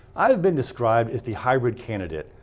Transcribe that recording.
i have been described as the hybrid candidate.